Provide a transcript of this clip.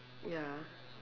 ya